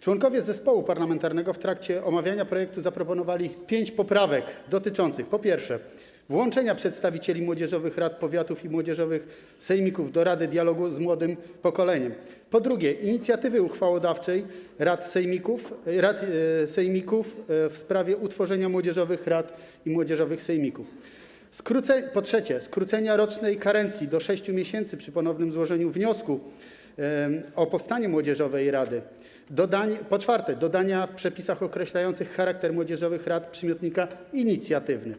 Członkowie zespołu parlamentarnego w trakcie omawiania projektu zaproponowali pięć poprawek dotyczących, po pierwsze, włączenia przedstawicieli młodzieżowych rad powiatów i młodzieżowych sejmików do Rady Dialogu z Młodym Pokoleniem, po drugie, inicjatywy uchwałodawczej rad sejmików w sprawie utworzenia młodzieżowych rad i młodzieżowych sejmików, po trzecie, skrócenia rocznej karencji do 6 miesięcy przy ponownym złożeniu wniosku o utworzenie młodzieżowej rady, po czwarte, dodania w przepisach określających charakter młodzieżowych rad przymiotnika „inicjatywny”